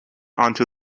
onto